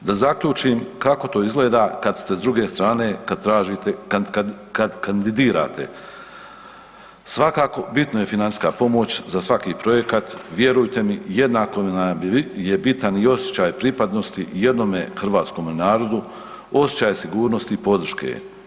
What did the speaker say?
Da zaključim kako to izgleda kad ste s druge strane kada kandidirate, svakako bitno je financijska pomoć za svaki projekat, vjerujte mi jednako nam je bitan i osjećaj pripadnosti jednome hrvatskome narodu, osjećaj sigurnosti i podrške.